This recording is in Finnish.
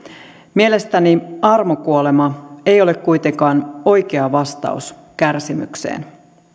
mielestäni armokuolema ei ole kuitenkaan oikea vastaus kärsimykseen